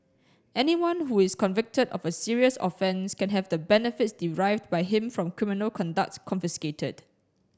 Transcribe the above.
anyone who is convicted of a serious offence can have the benefits derived by him from criminal conduct confiscated